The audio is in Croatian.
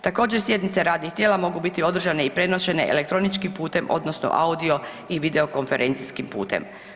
Također sjednice radnih tijela mogu biti održane i prenošene elektroničkim putem odnosno audio i video konferencijskim putem.